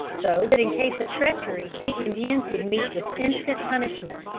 so that in case of treachery the indians would meet with instant punishment,